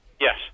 yes